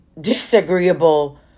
disagreeable